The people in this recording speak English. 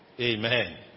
Amen